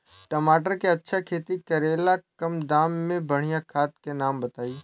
टमाटर के अच्छा खेती करेला कम दाम मे बढ़िया खाद के नाम बताई?